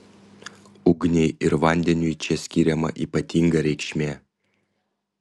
ugniai ir vandeniui čia skiriama ypatinga reikšmė